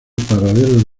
paradero